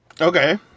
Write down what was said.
Okay